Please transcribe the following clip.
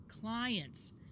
clients